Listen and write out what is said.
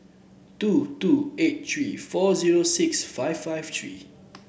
two two eight three four zero six five five three